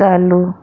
चालू